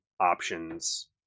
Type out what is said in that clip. options